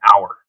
hour